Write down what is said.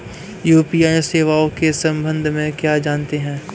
UPI सेवाओं के संबंध में क्या जानते हैं?